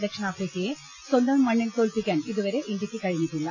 ദക്ഷിണാഫ്രിക്കയെ സ്വന്തം മണ്ണിൽ തോൽപ്പിക്കാൻ ഇതുവരെ ഇന്ത്യയ്ക്ക് കഴിഞ്ഞിട്ടില്ല